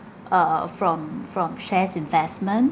uh from from shares investment